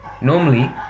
Normally